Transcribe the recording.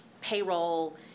payroll